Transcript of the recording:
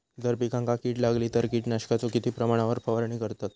जर पिकांका कीड लागली तर कीटकनाशकाचो किती प्रमाणावर फवारणी करतत?